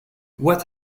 what